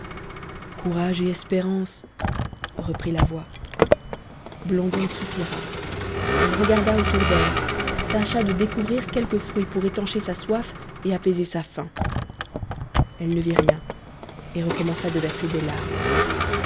courage et espérance reprit la voix blondine soupira elle regarda autour d'elle tâcha de découvrir quelque fruit pour étancher sa soif et apaiser sa faim elle ne vit rien et recommença de verser des larmes